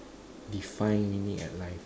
define we need a life